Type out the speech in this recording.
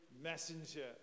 messenger